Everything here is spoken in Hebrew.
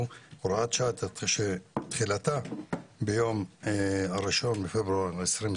הוראת שעה שתחילתה ביום 1 בפברואר 2022,